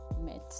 met